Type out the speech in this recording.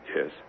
Yes